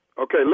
Okay